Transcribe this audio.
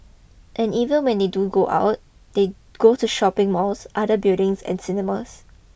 and even when they do go out they go to shopping malls other buildings in cinemas